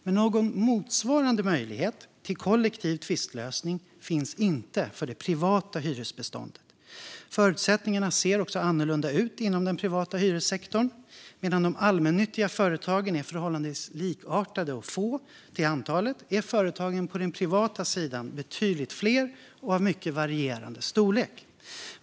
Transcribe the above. Men någon motsvarande möjlighet till kollektiv tvistlösning finns inte för det privata hyresbeståndet. Förutsättningarna ser också annorlunda inom den privata hyressektorn. Medan de allmännyttiga företagen är förhållandevis likartade och få till antalet är företagen på den privata sidan betydligt fler och av mycket varierande storlek.